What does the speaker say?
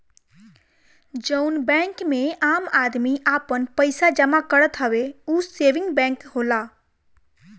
जउन बैंक मे आम आदमी आपन पइसा जमा करत हवे ऊ सेविंग बैंक होला